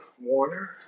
Warner